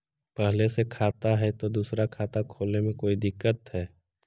पहले से खाता है तो दूसरा खाता खोले में कोई दिक्कत है?